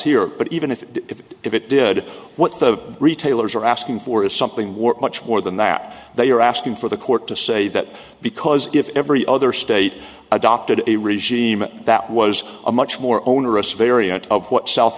here but even if if if it did what the retailers are asking for is something worth much more than that they are asking for the court to say that because if every other state adopted a real seem that was a much more onerous variant of what south